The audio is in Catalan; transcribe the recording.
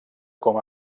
com